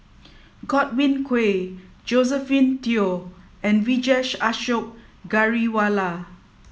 Godwin Koay Josephine Teo and Vijesh Ashok Ghariwala